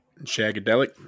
Shagadelic